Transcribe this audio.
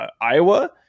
Iowa